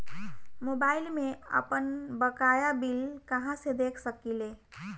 Mobile में आपनबकाया bill कहाँसे देख सकिले?